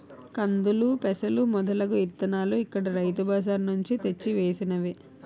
కందులు, పెసలు మొదలగు ఇత్తనాలు ఇక్కడ రైతు బజార్ నుంచి తెచ్చి వేసినవే